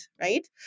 right